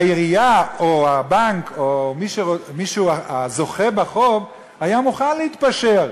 והעירייה או הבנק או הזוכה בחוב היה מוכן להתפשר,